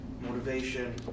motivation